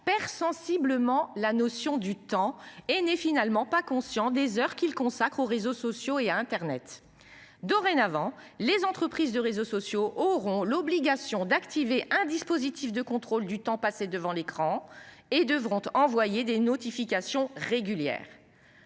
père sensiblement la notion du temps et n'est finalement pas conscients des heures qu'ils consacrent aux réseaux sociaux et à Internet. Dorénavant, les entreprises de réseaux sociaux auront l'obligation d'activer un dispositif de contrôle du temps passé devant l'écran et devront envoyer des notifications régulières.